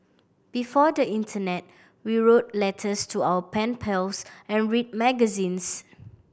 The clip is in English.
before the internet we wrote letters to our pen pals and read magazines